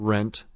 Rent